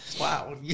Wow